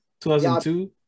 2002